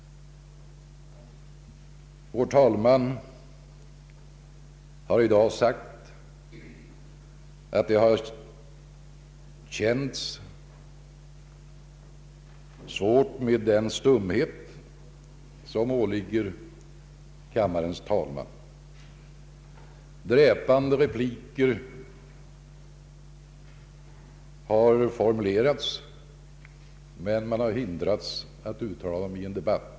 Vår talman har i dag sagt oss att det känts svårt med den stumhet som åligger kammarens talman. Dräpande repliker har formulerats men han har hindrats att uttala dem i en debatt.